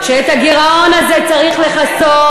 שאת הגירעון הזה צריך לכסות,